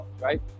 right